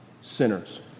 sinners